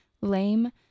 lame